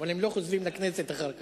אבל הם לא חוזרים לכנסת אחר כך.